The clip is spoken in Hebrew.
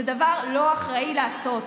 זה דבר לא אחראי לעשות.